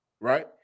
right